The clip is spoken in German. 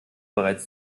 bereits